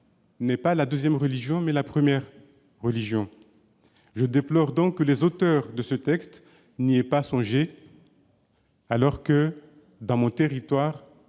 non pas la deuxième religion, mais la première religion. Je déplore donc que les auteurs de ce texte n'y aient pas songé, alors que, dans mon territoire,